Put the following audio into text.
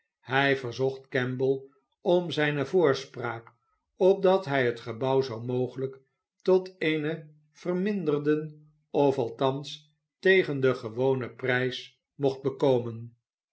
hij verzocht kemble om zijne voorspraak opdat hij het gebouw zoo mogelijk tot een verminderden of althans tegen den gewonen prijs mocht bekomen